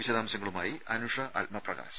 വിശദാംശങ്ങളുമായി അനുഷ ആത്മപ്രകാശ്